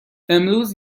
امروز